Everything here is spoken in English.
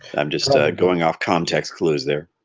i'm just going off contacts clues there